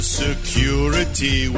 security